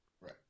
Right